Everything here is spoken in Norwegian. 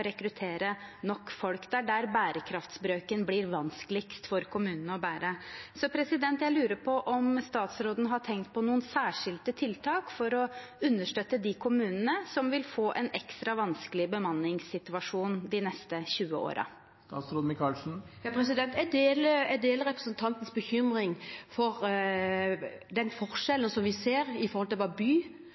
rekruttere nok folk, det er der bærekraftsbrøken blir vanskeligst å bære for kommunene. Jeg lurer på om statsråden har tenkt på noen særskilte tiltak for å understøtte de kommunene som vil få en ekstra vanskelig bemanningssituasjon de neste 20 årene. Jeg deler representantens bekymring for den forskjellen vi ser når det gjelder hva byer og tettsteder kan rekruttere, og det som er ute i